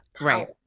right